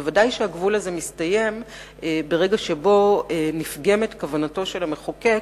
ודאי שהגבול הזה מסתיים ברגע שבו נפגמת כוונתו של המחוקק,